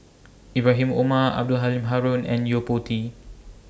Ibrahim Omar Abdul Halim Haron and Yo Po Tee